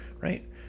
right